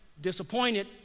disappointed